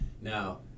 Now